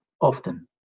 often